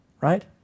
right